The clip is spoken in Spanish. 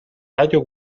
tallo